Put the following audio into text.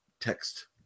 text